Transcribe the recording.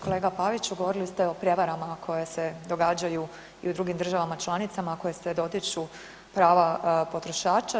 Kolega Paviću govorili ste o prijevarama koje se događaju i u drugim državama članicama, a koja se dotiču prava potrošača.